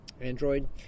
Android